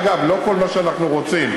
אגב, לא כל מה שאנחנו רוצים,